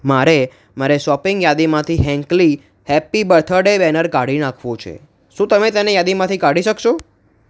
મારે મારે શોપિંગ યાદીમાંથી હેન્કલી હેપી બર્થડે બેનર કાઢી નાખવું છે શું તમે તેને યાદીમાંથી કાઢી શકશો